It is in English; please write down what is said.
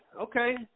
okay